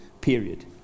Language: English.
period